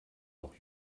noch